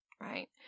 Right